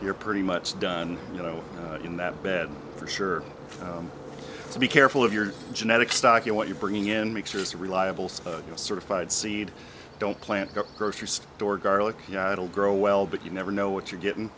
you're pretty much done you know in that bed for sure so be careful of your genetic stock in what you're bringing in mixers reliables sort of fide seed don't plant go grocery store garlic yeah it'll grow well but you never know what you're getting